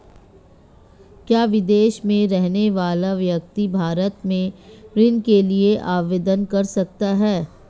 क्या विदेश में रहने वाला व्यक्ति भारत में ऋण के लिए आवेदन कर सकता है?